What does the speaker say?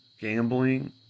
Gambling